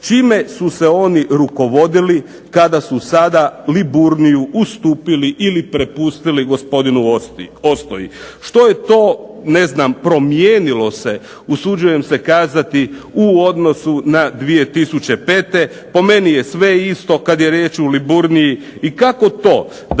čime su se oni rukovodili kada su sada Liburniju ustupili ili prepustili gospodinu Ostoji. Što je to ne znam promijenilo se usuđujem se kazati u odnosu na 2005.? Po meni je sve isto kad je riječ o Liburniji. I kako to